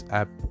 app